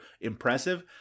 impressive